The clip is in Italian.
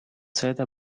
sede